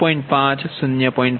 5 0